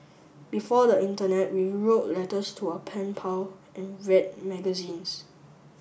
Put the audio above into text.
before the internet we wrote letters to our pen pal and read magazines